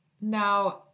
Now